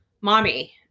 Mommy